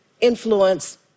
influence